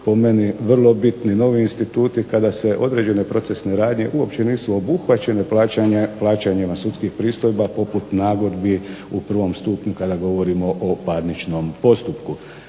po meni vrlo bitni novi instituti kada se određene procesne radnje uopće nisu obuhvaćene plaćanjima sudskih pristojba poput nagodbi u prvom stupnju kada govorimo o parničnom postupku.